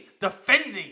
defending